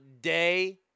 Day